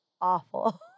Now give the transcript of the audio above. awful